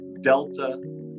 Delta